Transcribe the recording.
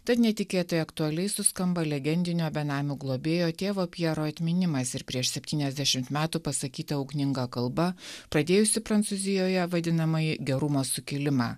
tad neįtikėtinai aktualiai suskamba legendinio benamių globėjo tėvo pjero atminimas ir prieš septyniasdešimt metų pasakyta ugninga kalba pradėjusi prancūzijoje vadinamąjį gerumo sukilimą